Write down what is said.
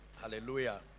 Hallelujah